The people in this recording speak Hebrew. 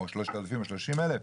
או 3,000 או 30,000?